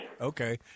Okay